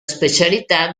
specialità